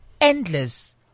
endless